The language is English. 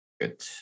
Good